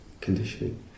conditioning